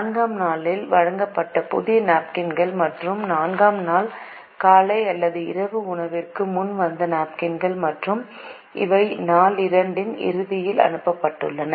4 ஆம் நாளில் வாங்கப்பட்ட புதிய நாப்கின்கள் மற்றும் 4 ஆம் நாள் காலை அல்லது இரவு உணவிற்கு முன் வந்த நாப்கின்கள் மற்றும் இவை நாள் 2 இன் இறுதியில் அனுப்பப்பட்டுள்ளன